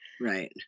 Right